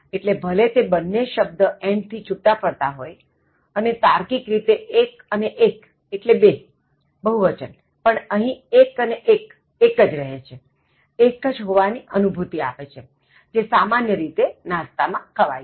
એટલે ભલે તે બન્ને શબ્દ 'and' થી છૂટા પડતા હોયઅને તાર્કિક રીતે એક અને એક એટલે બેબહુવચન પણ અહીં એક અને એક એક જ રહે છેએક જ હોવાની અનુભૂતિ આપે છેકે જે સામાન્ય રીતે નાસ્તા માં ખવાય છે